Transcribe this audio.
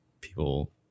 people